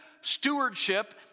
stewardship